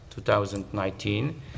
2019